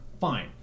fine